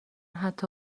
حتی